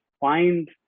find